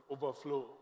overflow